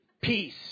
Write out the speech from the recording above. Peace